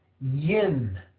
yin